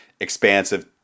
expansive